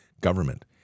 government